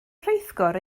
rheithgor